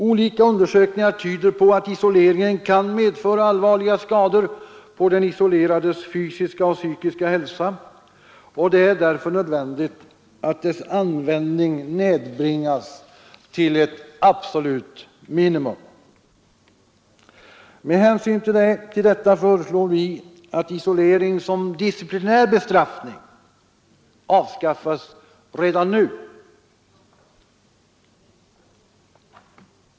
Olika undersökningar tyder på att isoleringen kan medföra allvarliga skador på den isolerades fysiska och psykiska hälsa, och det är därför nödvändigt att dess användning nedbringas till ett absolut minimum. Med hänsyn till detta föreslår vi att isolering som disciplinär bestraffning avskaffas redan nu.